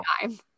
time